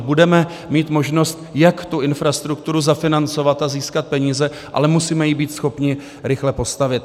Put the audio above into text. Budeme mít možnost, jak tu infrastrukturu zafinancovat a získat peníze, ale musíme být schopni ji rychle postavit.